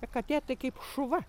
ta katė tai kaip šuva